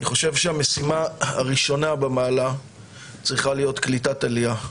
אני חושב שהמשימה הראשונה במעלה צריכה להיות קליטת עלייה.